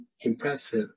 impressive